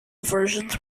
versions